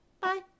Bye